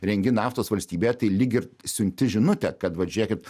rengi naftos valstybėje tai lyg ir siunti žinutę kad vat žiūrėkit